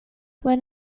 when